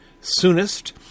soonest